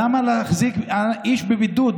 למה להחזיק איש בבידוד?